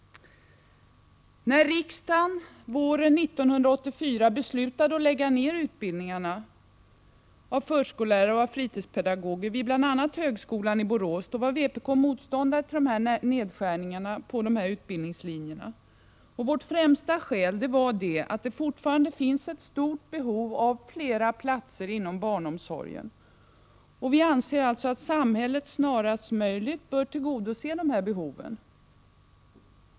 När riksdagen våren 1984 beslutade att lägga ned utbildningen av förskollärare och fritidspedagoger vid bl.a. högskolan i Borås, var vpk motståndare till nedskärningarna på dessa utbildningslinjer. Vårt främsta skäl var att det fortfarande finns ett stort behov av flera platser inom barnomsorgen. Vi anser att samhället snarast möjligt bör tillgodose detta behov.